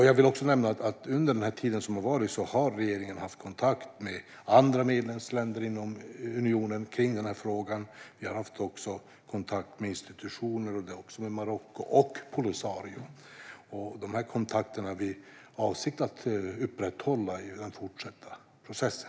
Jag vill också nämna att regeringen under den tid som har varit har haft kontakt med andra medlemsländer i unionen i frågan. Vi har också haft kontakt med institutioner och även med Marocko och Polisario. Dessa kontakter har vi för avsikt att upprätthålla i den fortsatta processen.